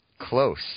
close